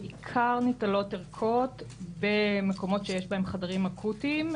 בעיקר ניטלות ערכות במקומות שיש בהם חדרים אקוטיים,